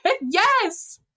Yes